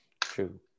True